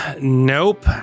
Nope